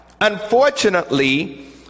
unfortunately